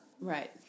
Right